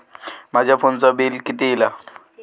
माझ्या फोनचा बिल किती इला?